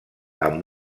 amb